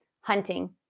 hunting